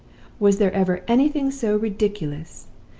was there ever anything so ridiculous?